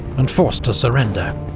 and forced to surrender.